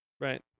Right